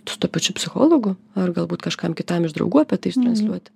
su tuo pačiu psichologu ar galbūt kažkam kitam iš draugų apie tai ištransliuoti